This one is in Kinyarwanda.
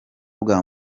bwa